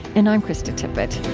and i'm krista tippett